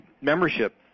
membership